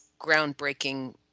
groundbreaking